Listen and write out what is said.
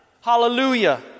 hallelujah